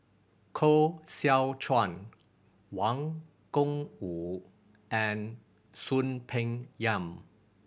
Koh Seow Chuan Wang Gungwu and Soon Peng Yam